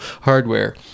hardware